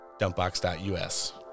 dumpbox.us